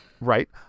Right